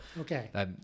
okay